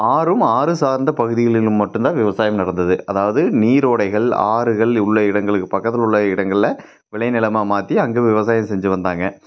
ஆறும் ஆறு சார்ந்த பகுதிகளில் மட்டும்தான் விவசாயம் நடந்தது அதாவது நீரோடைகள் ஆறுகள் உள்ள இடங்களுக்கு பக்கத்தில் உள்ள இடங்களில் விளைநிலமாக மாற்றி அங்கே விவசாயம் செஞ்சு வந்தாங்க